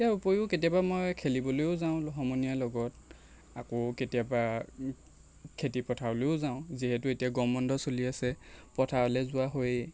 ইয়াৰ উপৰিও কেতিয়াবা মই খেলিবলৈও যাওঁ সমনীয়াৰ লগত আকৌ কেতিয়াবা খেতিপথাৰলৈও যাওঁ যিহেতু এতিয়া গৰম বন্ধ চলি আছে পথাৰলৈ যোৱা হয়েই